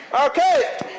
Okay